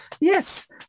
Yes